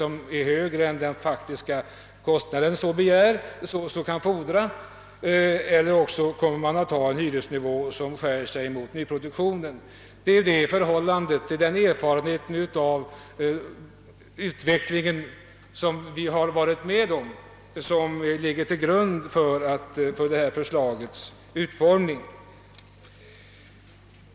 I en fri marknad kan man alltså ta ut en högre hyra än som motsvarar den verkliga kostnaden. Det är denna erfarenhet av utvecklingen som ligger till grund för detta förslag.